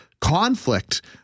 conflict